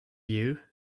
you